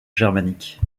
germanique